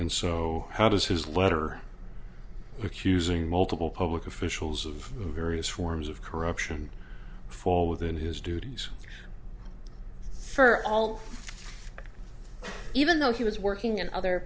and so how does his letter accusing multiple public officials of various forms of corruption fall within his duties for all even though he was working in other